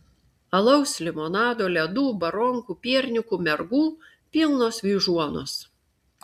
alaus limonado ledų baronkų piernykų mergų pilnos vyžuonos